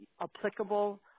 applicable